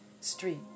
Street